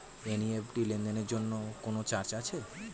NEFT লেনদেনের জন্য কোন চার্জ আছে?